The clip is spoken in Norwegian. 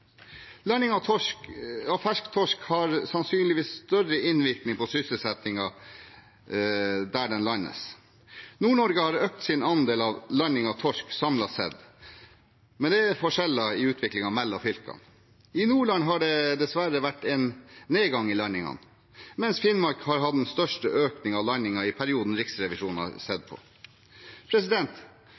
av fersk torsk har sannsynligvis større innvirkning på sysselsettingen der den landes. Nord-Norge har økt sin andel av landing av torsk samlet sett, men det er forskjeller i utviklingen mellom fylkene. I Nordland har det dessverre vært en nedgang i landingene, mens Finnmark har hatt den største økningen i andel av landinger i perioden Riksrevisjonen har sett på.